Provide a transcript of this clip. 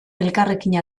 elkarrekin